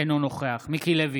אינו נוכח מיקי לוי,